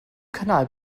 kanal